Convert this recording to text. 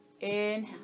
Inhale